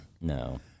No